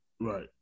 Right